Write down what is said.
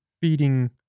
feeding